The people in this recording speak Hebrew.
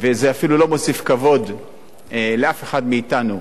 וזה אפילו לא מוסיף כבוד לאף אחד מאתנו,